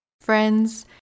friends